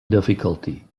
difficulty